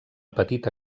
petita